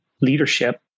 leadership